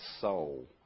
soul